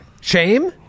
Shame